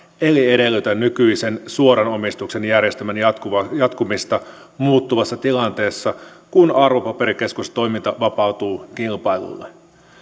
eli edellytä nykyisen suoran omistuksen järjestelmän jatkumista muuttuvassa tilanteessa kun arvopaperikeskustoiminta vapautuu kilpailulle